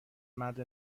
مرد